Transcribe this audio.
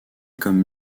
comme